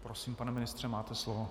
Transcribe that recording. Prosím, pane ministře, máte slovo.